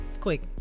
quick